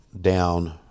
down